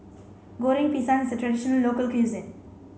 Goreng Pisang is a tradition local cuisine